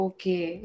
Okay